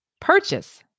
purchase